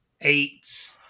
eight